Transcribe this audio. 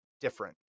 different